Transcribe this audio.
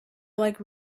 like